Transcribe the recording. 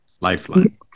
Lifeline